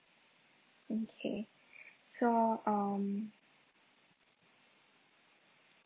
okay so um